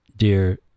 dear